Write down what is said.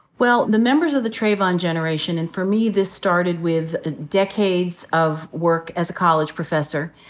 well, the members of the trayvon generation, and for me this started with decades of work as a college professor,